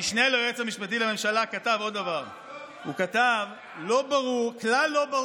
כמובן, בייעוץ המשפטי זה לא קורה.